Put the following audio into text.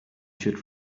should